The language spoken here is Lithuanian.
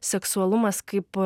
seksualumas kaip